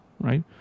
right